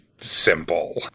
simple